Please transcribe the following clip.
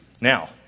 Now